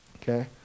Okay